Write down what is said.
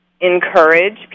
encourage